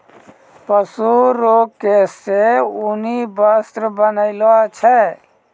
पशु रो केश से ऊनी वस्त्र बनैलो छै